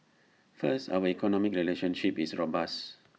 first our economic relationship is robust